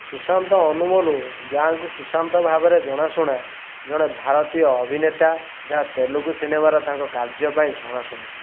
ସୁଶାନ୍ତ ଅନୁମୋଲୁ ଯାହାଙ୍କୁ ସୁଶାନ୍ତ ଭାବରେ ଜଣାଶୁଣା ଜଣେ ଭାରତୀୟ ଅଭିନେତା ଯାହା ତେଲୁଗୁ ସିନେମାରେ ତାଙ୍କ କାର୍ଯ୍ୟ ପାଇଁ ଜଣାଶୁଣା